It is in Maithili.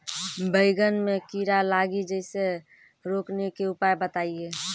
बैंगन मे कीड़ा लागि जैसे रोकने के उपाय बताइए?